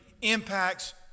impacts